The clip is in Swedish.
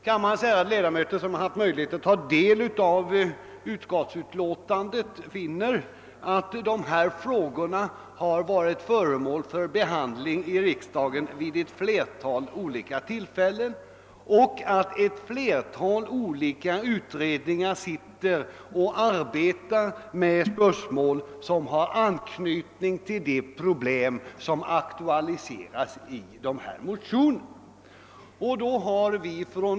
Kammarens ärade ledamöter som haft möjlighet att ta del av utskottsutlåtandet har funnit att dessa frågor har varit föremål för behandling i riksdagen vid ett flertal olika tillfällen och att flera utredningar arbetar med spörsmål som har anknytning till de problem som aktualiserats i motionerna.